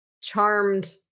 charmed